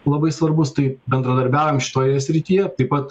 labai svarbus tai bendradarbiaujam šitoje srityje taip pat